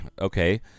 Okay